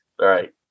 Right